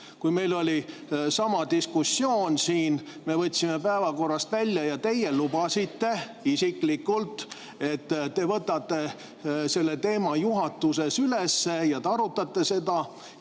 kui meil oli siin sama diskussioon. Me võtsime eelnõud päevakorrast välja ja teie lubasite isiklikult, et võtate selle teema juhatuses üles ja arutate seda.